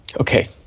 Okay